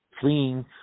fleeing